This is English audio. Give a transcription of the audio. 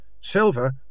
Silver